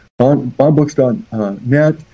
Bondbooks.net